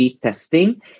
testing